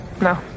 No